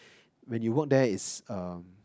when you work there it's um